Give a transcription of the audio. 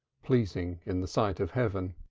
pleasing in the sight of heaven.